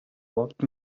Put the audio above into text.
walked